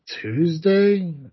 Tuesday